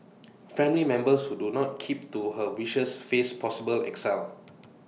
family members who do not keep to her wishes face possible exile